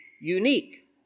unique